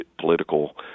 political